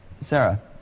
Sarah